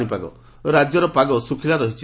ପାଣିପାଗ ରାଜ୍ୟର ପାଗ ଶୁଖ୍ଲା ରହିଛି